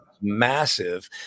massive